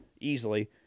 easily